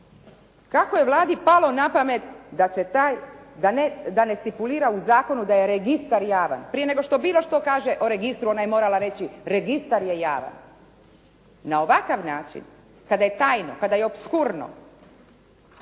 Kako je Vladi palo na pamet da ne stipulira u zakonu da je registar javan prije nego što bilo što kaže o registru, ona je morala reći registar je javan. Na ovakav način kada je tajna, kada je opskurno